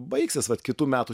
baigsis vat kitų metų